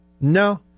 no